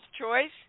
choice